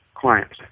clients